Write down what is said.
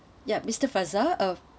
ya mister faisal uh